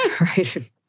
Right